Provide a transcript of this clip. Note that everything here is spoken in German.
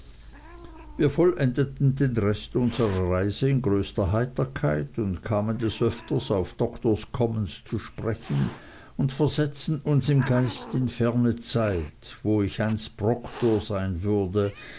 wir vollendeten den rest unserer reise in größter heiterkeit und kamen des öftern auf doktors commons zu sprechen und versetzten uns im geiste in ferne zeit wo ich einst proktor sein würde